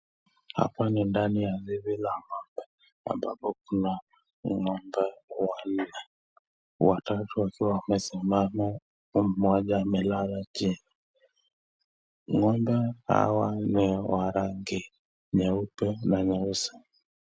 Hapa ni ndani ya zizi la ng'ombe ambapo kuna ng'ombe wanne, watatu wakiwa wamesimama mmoja amelala chini. Ng'ombe hawa ni wa rangi nyeupe na nyeusi.